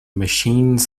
machines